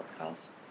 podcast